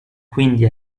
quindi